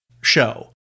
show